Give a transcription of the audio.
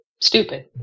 stupid